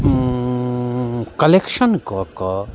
collection ककऽ